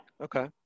okay